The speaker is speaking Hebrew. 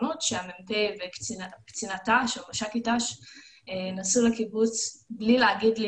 בטירונות שהמ"פ ומש"קית ת"ש נסעו לקיבוץ בלי להגיד לי,